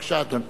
בבקשה, אדוני.